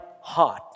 heart